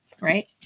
right